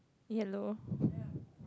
yellow